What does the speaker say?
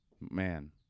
Man